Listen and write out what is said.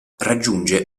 raggiunge